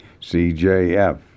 CJF